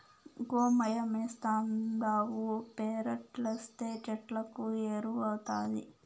గోమయమేస్తావుండావు పెరట్లేస్తే చెట్లకు ఎరువౌతాది